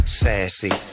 sassy